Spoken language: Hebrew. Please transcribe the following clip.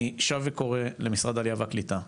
אני שב וקורא למשרד העלייה והקליטה,